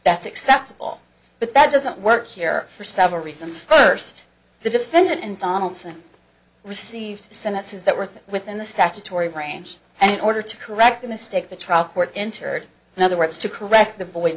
that's acceptable but that doesn't work here for several reasons first the defendant and donaldson received senates is that worth within the statutory range and in order to correct the mistake the trial court entered in other words to correct the